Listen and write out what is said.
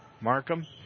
Markham